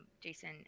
Jason